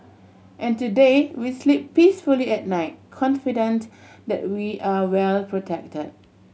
and today we sleep peacefully at night confident that we are well protect